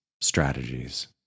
strategies